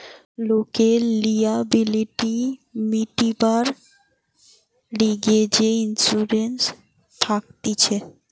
লোকের লিয়াবিলিটি মিটিবার লিগে যে ইন্সুরেন্স থাকতিছে